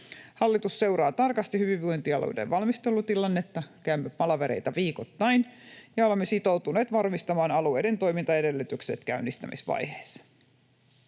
Hallitus seuraa tarkasti hyvinvointialueiden valmistelutilannetta, käymme palavereita viikoittain, ja olemme sitoutuneet varmistamaan alueiden toimintaedellytykset käynnistämisvaiheessa.